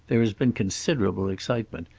there has been considerable excitement,